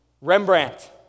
Rembrandt